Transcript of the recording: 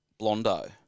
Blondo